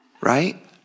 Right